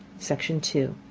section two.